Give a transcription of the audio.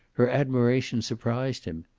her admiration surprised him.